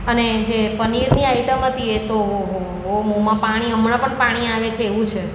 અને જે પનીરની આઈટમ હતી એ તો ઓહોહોહો મોંમાં પાણી હમણાં પણ પાણી આવે છે એવું છે